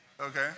okay